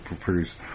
produced